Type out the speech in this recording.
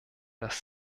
dass